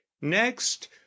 next